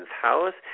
house